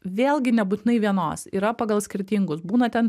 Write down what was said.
vėlgi nebūtinai vienos yra pagal skirtingus būna ten